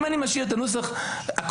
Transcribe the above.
אם אני משאיר את הנוסח הקודם,